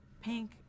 pink